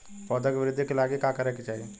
पौधों की वृद्धि के लागी का करे के चाहीं?